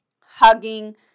hugging